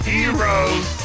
Heroes